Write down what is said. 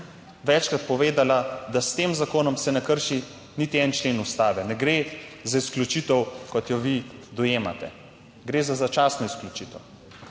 večkrat povedala, da se s tem zakonom ne krši niti en člen ustave. Ne gre za izključitev, kot jo vi dojemate, gre za začasno izključitev.